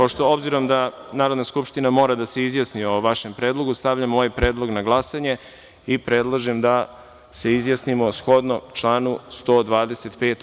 Obzirom da Narodna skupština mora da se izjasni o vašem predlogu, stavljam ovaj predlog na glasanje i predlažem da se izjasnimo shodno članu 125.